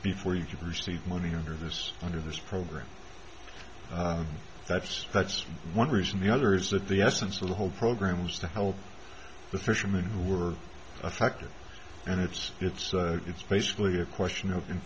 before you can receive money under this under this program that's that's one reason the other is that the essence of the whole programs to help the fishermen who were affected and it's it's it's basically a question